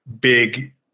big